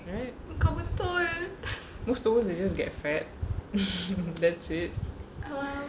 right most to most is just get fat that's it